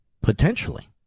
potentially